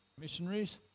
missionaries